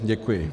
Děkuji.